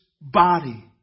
body